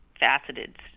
faceted